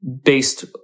based